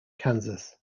kansas